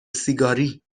سیگاری